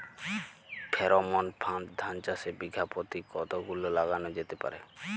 Pheromone ফাঁদ ধান চাষে বিঘা পতি কতগুলো লাগানো যেতে পারে?